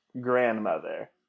grandmother